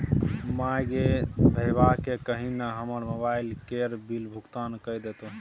माय गे भैयाकेँ कही न हमर मोबाइल केर बिल भोगतान कए देतै